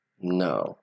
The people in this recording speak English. No